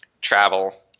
travel